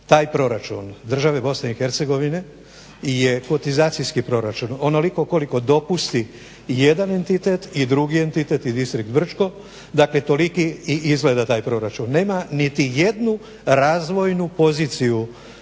Taj proračun države BiH je kotizacijski proračun, onoliko koliko dopusti jedan entitet i drugi entitet i Distrikt Brčko dakle toliki izgleda taj proračun. Nema niti jednu razvojnu poziciju